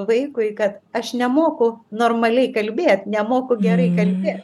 vaikui kad aš nemoku normaliai kalbėt nemoku gerai kalbėt